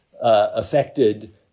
affected